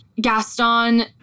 Gaston